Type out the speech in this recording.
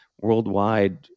worldwide